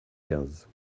quinze